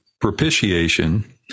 propitiation